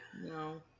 No